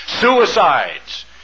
Suicides